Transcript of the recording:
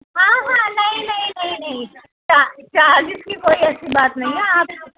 ہاں ہاں نہیں نہیں نہیں نہیں چا چالیس کی کوئی ایسی بات نہیں ہے آپ